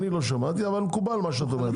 לא שמעתי אבל מה שאת אומרת מקובל,